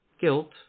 Guilt